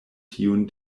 tiun